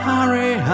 Hurry